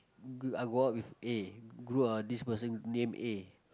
I go out with A go uh this person name A